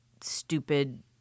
stupid